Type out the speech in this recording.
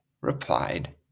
replied